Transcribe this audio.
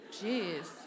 Jeez